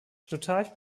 plutarch